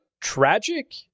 tragic